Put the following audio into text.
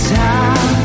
time